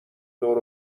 دور